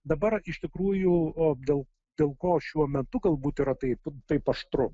dabar iš tikrųjų dėl dėl ko šiuo metu galbūt yra taip taip aštru